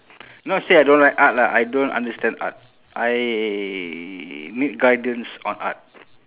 not say I don't like art lah I don't understand art I need guidance on art